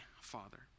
father